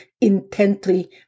intently